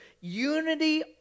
Unity